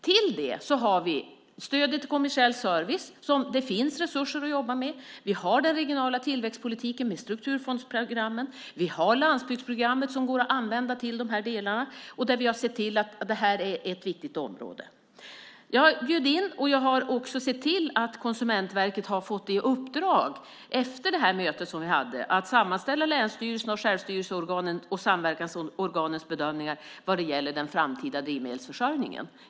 Till det har vi stödet till kommersiell service, som det finns resurser att jobba med. Vi har den regionala tillväxtpolitiken med strukturfondsprogrammen. Vi har landsbygdsprogrammet, som går att använda till de här delarna. Vi har sett till att det här är ett viktigt område. Jag har sett till att Konsumentverket efter det möte vi hade har fått i uppdrag att sammanställa länsstyrelsernas, självstyrelseorganens och samverkansorganens bedömningar vad gäller den framtida drivmedelsförsörjningen.